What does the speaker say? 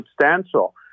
substantial